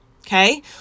Okay